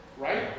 Right